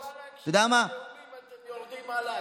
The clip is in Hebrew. אני בא להקשיב לנאומים ואתם יורדים עליי?